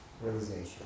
realization